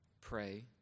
pray